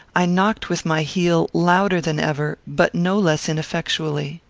i knocked with my heel louder than ever but no less ineffectually.